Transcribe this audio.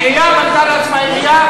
העירייה בנתה לעצמה עירייה,